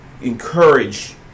encourage